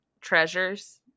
treasures